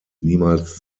niemals